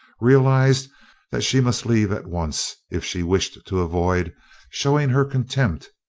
realized that she must leave at once if she wished to avoid showing her contempt,